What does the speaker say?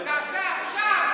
תעשה עכשיו,